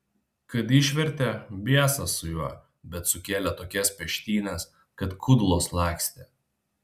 kad išvertė biesas su juo bet sukėlė tokias peštynes kad kudlos lakstė